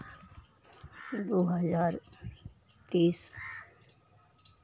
दू हजार तीस